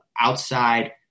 outside